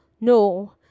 No